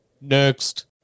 next